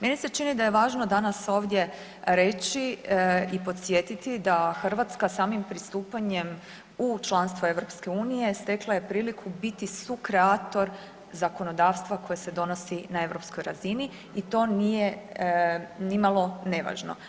Meni se čini da je važno danas ovdje reći i podsjetiti da Hrvatska samim pristupanjem u članstvo EU stekla je priliku biti sukreator zakonodavstva koje se donosi na europskoj razini i to nije nimalo nevažno.